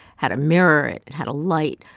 had a mirror, it it had a light.